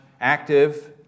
active